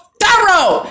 thorough